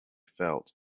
felt